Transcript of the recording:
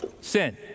sin